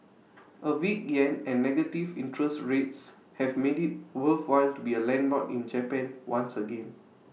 A weak Yen and negative interest rates have made IT worthwhile to be A landlord in Japan once again